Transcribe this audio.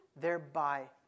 thereby